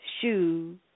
shoe